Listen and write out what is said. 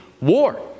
war